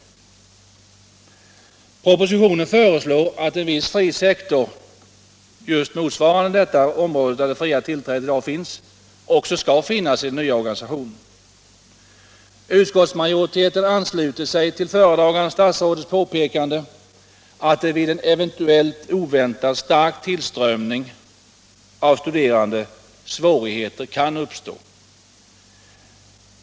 I propositionen föreslås att en viss fri sektor, motsvarande just det område där det fria tillträdet i dag finns, också skall finnas i den nya organisationen. Utskottsmajoriteten ansluter sig till föredragande statsrådets påpekande att det vid en eventuell oväntat stark tillströmning av studerande kan uppstå svårigheter.